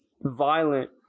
violent